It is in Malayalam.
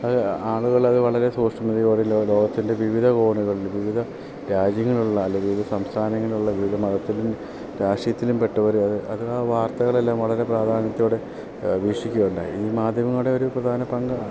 അത് ആളുകൾ അത് വളരെ സൂഷ്മതയോടെ ലോകത്തിൻ്റെ വിവിധ കോണുകളിൽ വിവിധ രാജ്യങ്ങളുള്ള അല്ലെങ്കിൽ വിവിധ സംസ്ഥാനങ്ങളിൽ ഉള്ള വിവിധ മതത്തിലും രാഷ്ട്രീയത്തിലും പെട്ടവരെ അത് ആ വാർത്തകൾ എല്ലാം വളരെ പ്രാധാന്യത്തോടെ വീക്ഷിക്കുക ഉണ്ടായി ഈ മാധ്യമങ്ങളുടെ ഒരു പ്രധാന പങ്ക്